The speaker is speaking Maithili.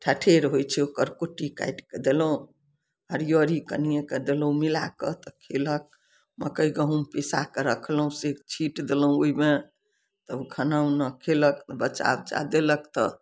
ठठेर होइ छै ओकर कुट्टी काटिके देलहुँ हरयरी कनिये कऽ देलहुँ मिला कऽ तऽ खेलक मकइ गहुँम पीसा कऽ रखलहुँ से छिट देलहुँ ओइमे तब खाना ओना खेलक बच्चा ओचा देलक तऽ